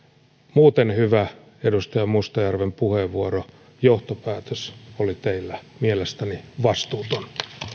muuten hyvä edustaja mustajärven puheenvuoro mutta johtopäätös oli teillä mielestäni vastuuton